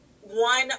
one